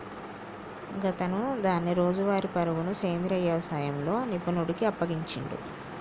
గాతను దాని రోజువారీ పరుగును సెంద్రీయ యవసాయంలో నిపుణుడికి అప్పగించిండు